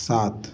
सात